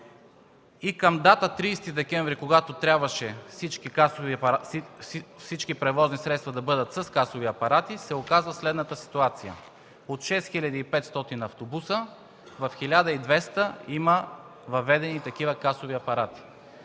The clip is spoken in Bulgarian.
Към дата 30 декември, когато трябваше всички превозни средства да бъдат с касови апарати, се оказа следната ситуация: от 6500 автобуса в 1200 има въведени такива касови апарати.